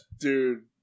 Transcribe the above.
Dude